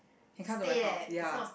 can come to my house ya